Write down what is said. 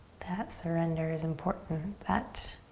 that surrender is important. that